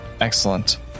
Excellent